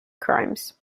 crimes